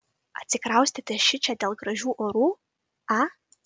atsikraustėte šičia dėl gražių orų a